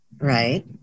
right